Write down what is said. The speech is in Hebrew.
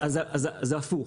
זה הפוך.